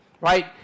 right